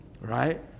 Right